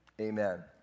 amen